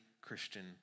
Christian